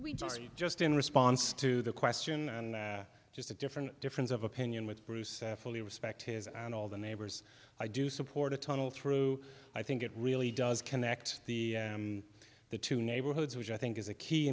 just just in response to the question and just a different difference of opinion with bruce fully respect his and all the neighbors i do support a tunnel through i think it really does connect the the two neighborhoods which i think is a key